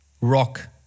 rock